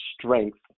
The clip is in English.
strength